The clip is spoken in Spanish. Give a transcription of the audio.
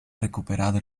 recuperado